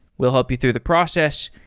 we'll help you through the process,